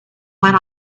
went